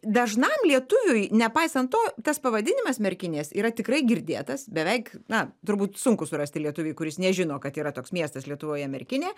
dažnam lietuviui nepaisant to tas pavadinimas merkinės yra tikrai girdėtas beveik na turbūt sunku surasti lietuvį kuris nežino kad yra toks miestas lietuvoje merkinė